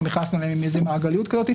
אנחנו נכנסנו בגלל המעגליות הזאת,